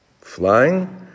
flying